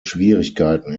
schwierigkeiten